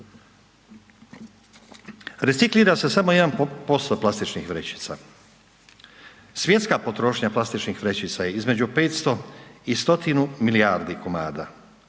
Reciklira se samo 1% plastičnih vrećica. Svjetska potrošnja plastičnih vrećica je između 500 i stotinu milijardi komada,